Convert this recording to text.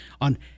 on